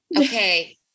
okay